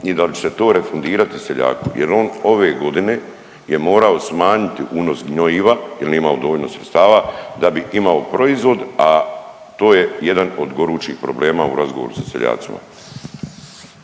i da li ćete to refundirati seljaku jer on ove godine je morao smanjiti unos gnojiva jel nije imao dovoljno sredstava da bi imao proizvod, a to je jedan od gorućih problema u razgovoru sa seljacima.